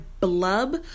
blub